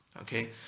Okay